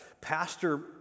Pastor